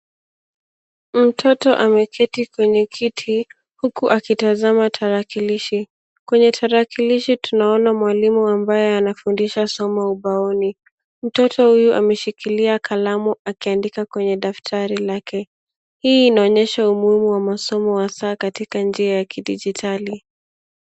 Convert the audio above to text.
Mtoto ameketi kwenye kiti huku akitazama tarakilishi. Kwenye tarakilishi tunaona mwalimu ambaye anafundisha somo ubaoni. Mtoto huyo ameshikilia kalamu akiandika kwenye daftari lake. Hii inaonyesha umuhimu wa masomo hasa katika njia ya kidijitali.